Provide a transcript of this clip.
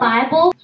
Bible